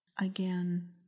again